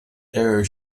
air